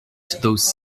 those